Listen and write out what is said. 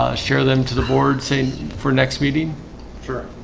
ah share them to the board say for next meeting for